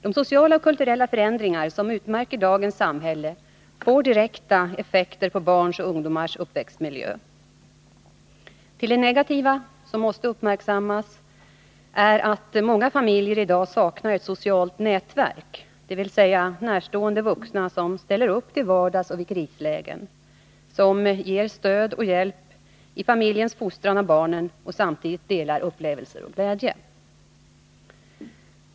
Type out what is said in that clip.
De sociala och kulturella förändringar som utmärker dagens samhälle får direkta effekter på barns och ungdomars uppväxtmiljö. Till det negativa som måste uppmärksammas hör att många familjer i dag saknar ett socialt nätverk, dvs. närstående vuxna som ställer upp till vardags och i krislägen, som ger stöd och hjälp i familjens fostran av barnen och samtidigt delar” upplevelser och glädje.